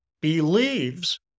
believes